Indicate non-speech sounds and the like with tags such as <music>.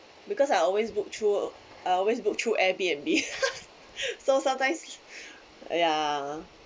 because I always book through I always book through airbnb <laughs> so sometimes ya